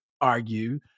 argue